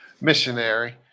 Missionary